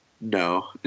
No